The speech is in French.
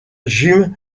jim